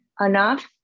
enough